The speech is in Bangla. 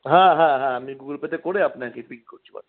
হ্যাঁ হ্যাঁ হ্যাঁ আমি গুগল পেতে করে আপনাকে পিং করছি হোয়াটসঅ্যাপে